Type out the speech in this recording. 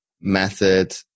method